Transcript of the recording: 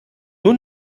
nur